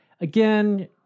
Again